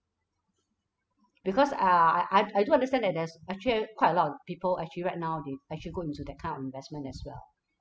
because uh I I I do understand that there's actually quite a lot of people actually right now they actually go into that kind of investment as well